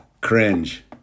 cringe